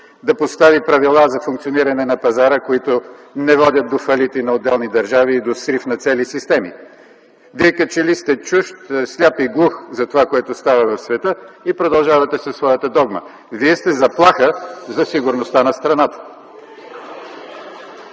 да постави правила за функциониране на пазара, които не водят до фалити на отделни държави и до срив на цели системи. Вие като че ли сте чужд, сляп и глух за това, което става в света и продължавате със своята догма. Вие сте заплаха за сигурността на страната!